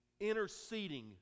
interceding